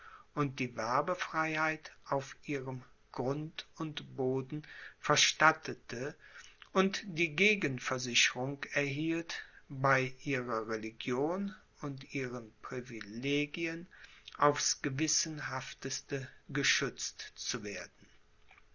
und die werbefreiheit auf ihrem grund und boden verstattete und die gegenversicherung erhielt bei ihrer religion und ihren privilegien aufs gewissenhafteste geschützt zu werden